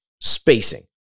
spacing